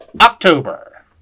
October